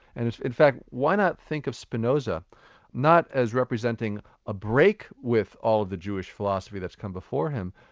and in fact why not think of spinoza not as representing a break with all of the jewish philosophy that's come before him,